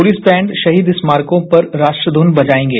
police band शहीद स्मारकों पर राष्ट्रष्ट्युन बजाएंगे